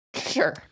Sure